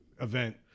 event